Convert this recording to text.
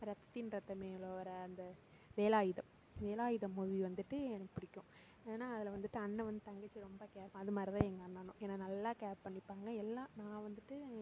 ரத்தத்தின் ரத்தமேவில் வர அந்த வேலாயுதம் வேலாயுதம் மூவி வந்துட்டு எனக்கு பிடிக்கும் ஏன்னா அதில் வந்துட்டு அண்ணன் வந்து தங்கச்சியை ரொம்ப கேர் அது மாதிரி தான் எங்கள் அண்ணனும் என்னை நல்லா கேர் பண்ணிப்பாங்க எல்லா நான் வந்துட்டு